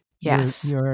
Yes